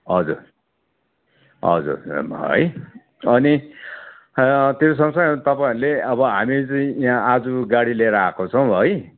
हजुर हजुर हेर्नु है अनि त्यो सँगसँगै अब तपाईँहरूले अब हामी चाहिँ यहाँ आज गाडी लिएर आएको छौँ है